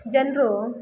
ಜನರು